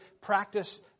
practice